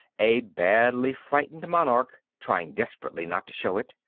a badly frightened monarch trying desperately not to show it.